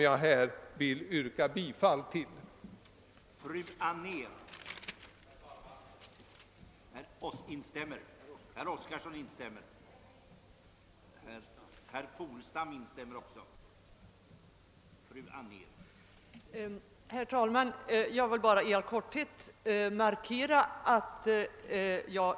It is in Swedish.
Jag ber att få yrka bifall till denna reservation.